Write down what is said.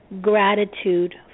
gratitude